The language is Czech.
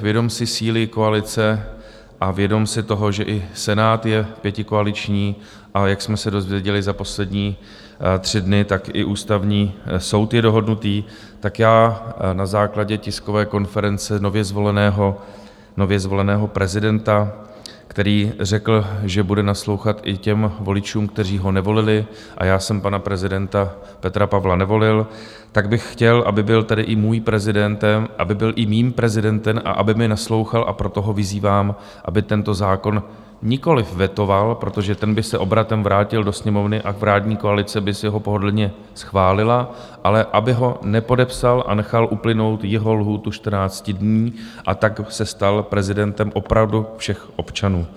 Vědom si síly koalice a vědom si toho, že i Senát je pětikoaliční, a jak jsme se dověděli za poslední tři dny, tak i Ústavní soud je dohodnutý, tak já na základě tiskové konference nově zvoleného prezidenta, který řekl, že bude naslouchat i těm voličům, kteří ho nevolili a já jsem pana prezidenta Petra Pavla nevolil , tak bych chtěl, aby byl tedy i mým prezidentem, aby mi naslouchal, a proto ho vyzývám, aby tento zákon nikoli vetoval, protože ten by se obratem vrátil do Sněmovny a vládní koalice by si ho pohodlně schválila, ale aby ho nepodepsal a nechal uplynout jeho lhůtu 14 dnů, a tak se stal prezidentem opravdu všech občanů.